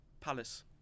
Palace